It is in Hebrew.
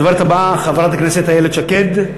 הדוברת הבאה, חברת הכנסת איילת שקד,